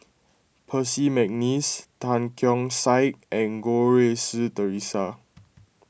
Percy McNeice Tan Keong Saik and Goh Rui Si theresa